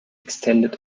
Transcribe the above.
extended